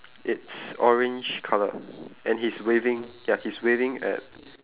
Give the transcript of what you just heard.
it's orange colour and he's waving ya he's waving at